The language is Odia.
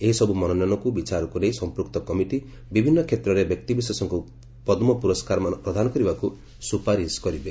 ଏହିସବୁ ମନୋନୟନକୁ ବିଚାରକୁ ନେଇ ସମ୍ପୃକ୍ତ କମିଟି ବିଭିନ୍ନ କ୍ଷେତ୍ରରେ ବ୍ୟକ୍ତିବିଶେଷଙ୍କୁ ପଦ୍ମପୁରସ୍କାରମାନ ପ୍ରଦାନ କରିବାକୁ ସୁପାରିଶ କରିବେ